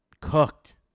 cooked